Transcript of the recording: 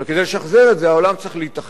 אבל כדי לשחזר את זה העולם צריך להתאחד,